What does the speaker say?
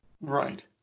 Right